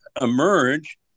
emerge